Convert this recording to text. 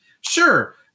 Sure